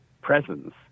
presence